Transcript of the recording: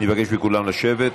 אני מבקש מכולם לשבת.